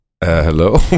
hello